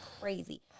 crazy